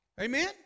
Amen